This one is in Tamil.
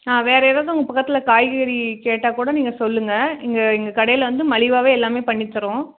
ஆ வேறு யாராவது உங்கள் பக்கத்தில் காய்கறி கேட்டால்கூட நீங்கள் சொல்லுங்கள் இங்கே எங்கள் கடையில் வந்து மலிவாகவே எல்லாமே பண்ணித்தரோம்